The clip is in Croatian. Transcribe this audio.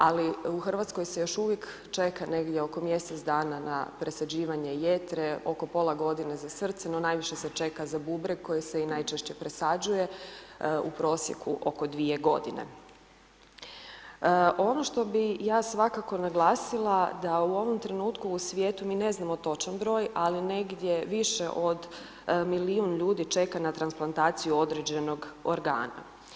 Ali u Hrvatskoj se još uvijek čeka negdje oko mjesec dana na presađivanje jetre, oko pola godine za srce, no najviše se čeka za bubreg koji se i najčešće presađuje, u prosjeku oko 2 g. Ono što bi ja svakako naglasila, da u ovom trenutku u svijetu mi ne znamo točan broj, ali negdje više od milijun ljudi čeka na transplantaciju određenog organa.